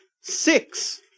Six